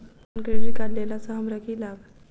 किसान credit card लेला सऽ हमरा की लाभ?